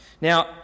Now